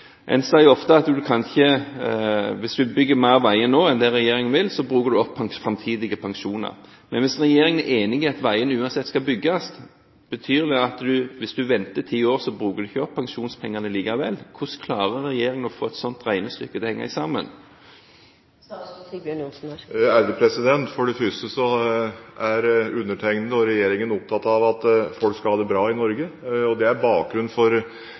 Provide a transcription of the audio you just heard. En sier ofte at hvis du bygger mer veier nå enn det regjeringen vil, så bruker du opp framtidige pensjoner. Men hvis regjeringen er enig i at veiene uansett skal bygges, betyr det at hvis du venter i ti år, så bruker du ikke opp pensjonspengene likevel? Hvordan klarer regjeringen å få et sånt regnestykke til å henge sammen? For det første er jeg og regjeringen opptatt av at folk skal ha det bra i Norge. Det er bakgrunnen for